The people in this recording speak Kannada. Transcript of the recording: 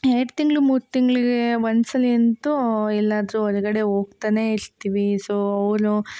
ಎರಡು ತಿಂಗಳು ಮೂರು ತಿಂಗಳಿಗೆ ಒಂದು ಸಲ ಅಂತೂ ಎಲ್ಲಾದ್ರೂ ಹೊರ್ಗಡೆ ಹೋಗ್ತನೇ ಇರ್ತೀವಿ ಸೋ ಅವಳು